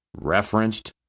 referenced